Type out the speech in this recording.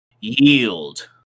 Yield